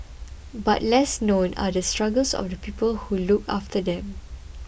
but less known are the struggles of the people who look after them